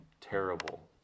terrible